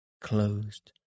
closed